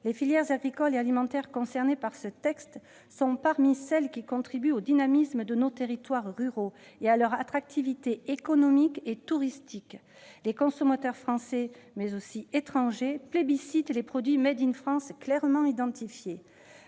Les filières agricoles et alimentaires concernées par ce texte sont parmi celles qui contribuent au dynamisme de nos territoires ruraux et à leur attractivité économique et touristique. Les consommateurs français mais aussi étrangers plébiscitent les produits clairement identifiés.